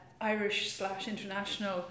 Irish-slash-international